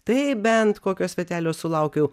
tai bent kokio svetelio sulaukiau